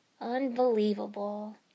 Unbelievable